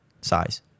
size